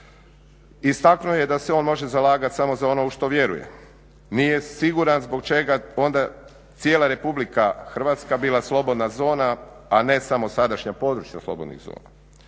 Istaknuo je da se on može zalagati samo za ono u što vjeruje. Nije siguran zbog čega onda ne bi cijela RH bila slobodna zona, a ne samo sadašnja područja slobodnih zona.